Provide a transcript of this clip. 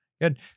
Good